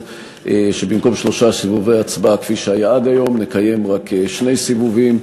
שבמקום שלושה סיבובי הצבעה כפי שהיה עד היום נקיים רק שני סיבובים.